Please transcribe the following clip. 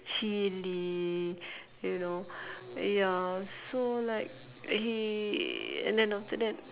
chilli you know ya so like he and then after that